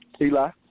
Eli